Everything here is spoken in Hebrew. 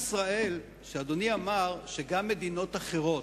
אדוני אמר שגם מדינות אחרות,